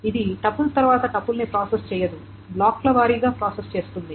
ఇది టపుల్ తర్వాత టపుల్ ని ప్రాసెస్ చేయదు బ్లాక్ ల వారీగా ప్రాసెస్ చేస్తుంది